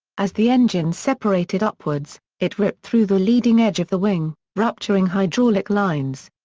as the engine separated upwards, it ripped through the leading edge of the wing, rupturing hydraulic lines.